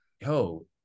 yo